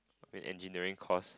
okay engineering course